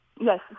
Yes